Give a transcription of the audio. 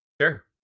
sure